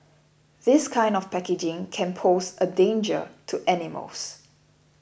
this kind of packaging can pose a danger to animals